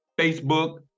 Facebook